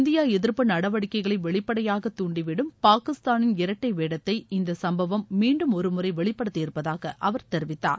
India எதிரப்பு நடவடிக்கைகளை வெளிப்படையாக தாண்டிவிடும் பாகிஸ்தானின் இரட்டை வேடத்தை இந்த சம்பவம் மீண்டும் ஒருமுறை வெளிபடுத்தி இருப்பதாக அவர் தெரிவித்தார்